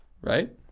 right